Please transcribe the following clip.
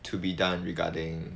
to be done regarding